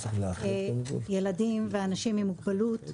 ילדים ואנשים עם מוגבלות.